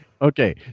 Okay